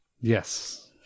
Yes